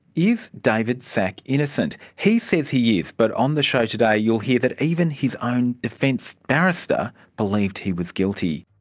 is david szach innocent? he says he is, but on the show today you'll hear that even his own defence barrister believed he was guilty.